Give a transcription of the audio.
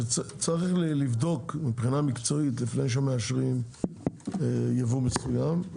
שצריך לבדוק מבחינה מקצועית לפני שמאשרים ייבוא מסוים.